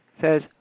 says